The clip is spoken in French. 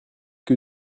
que